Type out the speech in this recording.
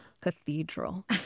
cathedral